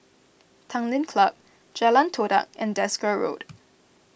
Tanglin Club Jalan Todak and Desker Road